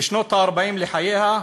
בשנות ה-40 לחייה,